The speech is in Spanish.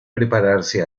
prepararse